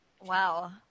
Wow